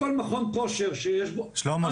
כל מכון כושר שיש בו עד 800 מ"ר --- שלמה,